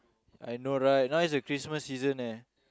I know right now is the Christmas season eh